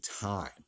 time